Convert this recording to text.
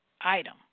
item